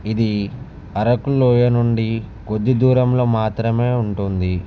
ఇది అరకు లోయ నుండి కొద్ది దూరంలో మాత్రమే ఉంటుంది